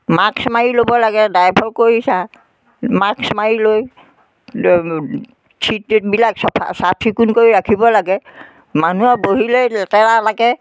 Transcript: mask মাৰি ল'ব লাগে ড্ৰাইভাৰ কৰিছা মাস্ক মাৰি লৈ চিট টিতবিলাক চফা চাফচিকুণ কৰি ৰাখিব লাগে মানুহৰ বহিলেই লেতেৰা লাগে